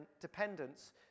dependence